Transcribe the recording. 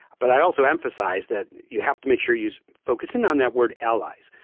but i also emphasize that you have to make sure you're focusing on that word allies,